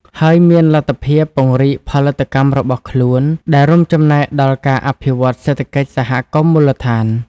ហើយមានលទ្ធភាព ពង្រីកផលិតកម្ម របស់ខ្លួន ដែលរួមចំណែកដល់ការអភិវឌ្ឍន៍សេដ្ឋកិច្ចសហគមន៍មូលដ្ឋាន។